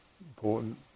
important